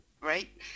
right